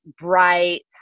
bright